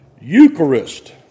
Eucharist